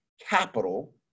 capital –